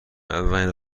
اولین